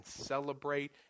celebrate